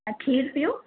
ऐं खीरु पीऊं